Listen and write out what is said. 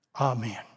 Amen